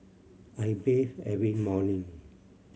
I bathe every morning